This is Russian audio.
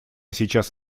сейчас